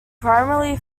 primarily